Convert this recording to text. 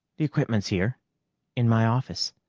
the equipment's here in my office.